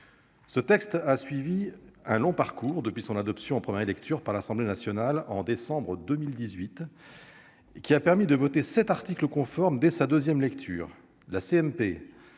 de loi a suivi un long parcours depuis son adoption en première lecture par l'Assemblée nationale, au mois de décembre 2018, ce qui a permis de voter sept articles conformes dès la deuxième lecture. La